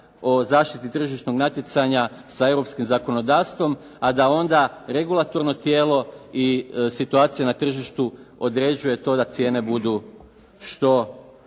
o zaštiti tržišnog natjecanja sa europskim zakonodavstvom, a da onda regulatorno tijelo i situacija na tržištu određuje to da cijene budu što